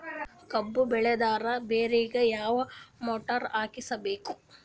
ಕಬ್ಬು ಬೇಳದರ್ ಬೋರಿಗ ಯಾವ ಮೋಟ್ರ ಹಾಕಿಸಬೇಕು?